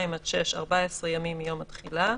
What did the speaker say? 2 עד 6, 14 ימים מיום התחילה.